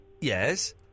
Yes